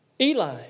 Eli